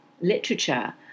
literature